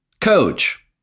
Coach